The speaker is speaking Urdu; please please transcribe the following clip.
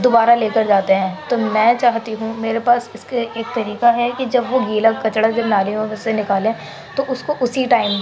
دوبارہ لے کر جاتے ہیں تو میں چاہتی ہوں میرے پاس اس کا ایک طریقہ ہے کہ جب وہ گیلا کچڑا جو نالیوں سے نکالیں تو اس کو اسی ٹائم